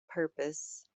purpose